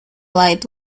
light